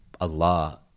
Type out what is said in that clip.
Allah